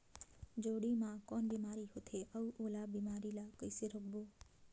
जोणी मा कौन बीमारी होथे अउ ओला बीमारी ला कइसे रोकबो?